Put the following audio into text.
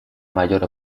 mayor